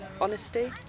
Honesty